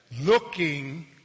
looking